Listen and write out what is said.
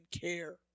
care